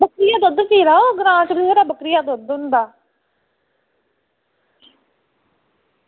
बक्करियां दुुद्ध पीना ग्रांऽ च इंया बी बथ्हेरा बक्करी दा दुद्ध होंदा